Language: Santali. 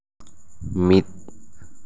ᱢᱤᱫ